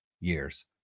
years